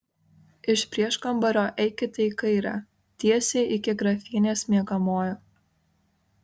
iš prieškambario eikite į kairę tiesiai iki grafienės miegamojo